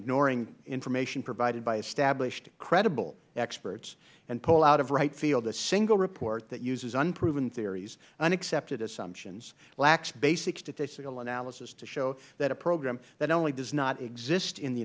ignoring information provided by established credible experts and pull out of right field a single report that uses unproven theories unaccepted assumptions lacks basic statistical analysis to show that a program that only does not exist in the